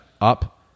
up